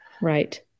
Right